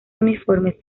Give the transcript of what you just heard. uniformes